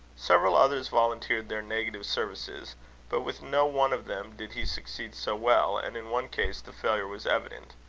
several others volunteered their negative services but with no one of them did he succeed so well and in one case the failure was evident.